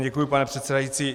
Děkuji, pane předsedající.